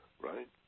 right